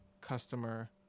customer